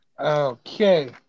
Okay